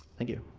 thank you.